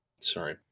sorry